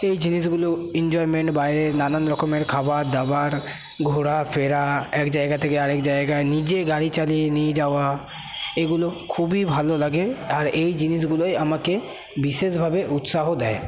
এই জিনিসগুলো এনজয়মেন্ট বাইরের নানান রকমের খাবার দাবার ঘোরা ফেরা এক জায়গা থেকে আর এক জায়গায় নিজে গাড়ি চালিয়ে নিয়ে যাওয়া এগুলো খুবই ভালো লাগে আর এই জিনিসগুলোই আমাকে বিশেষভাবে উৎসাহ দেয়